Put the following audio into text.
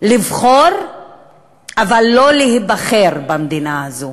לבחור אבל לא להיבחר במדינת הזאת,